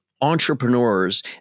entrepreneurs